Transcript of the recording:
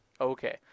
Okay